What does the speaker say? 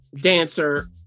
dancer